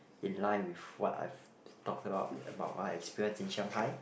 in line with what I've talked about about my experience in Shanghai